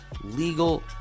legal